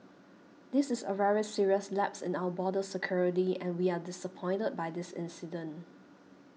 this is a very serious lapse in our border security and we are disappointed by this incident